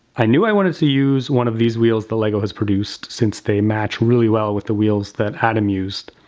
i knew i wanted to use one of these wheels that lego has produced, since they match really well with the wheels that adam used,